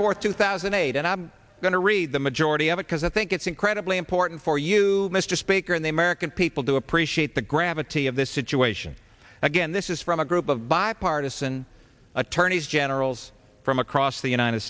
fourth two thousand and eight and i'm going to read the majority of it because i think it's incredibly important for you mr speaker and the american people to appreciate the gravity of this situation again this is from a group of bipartisan attorneys generals from across the united